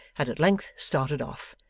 had at length started off,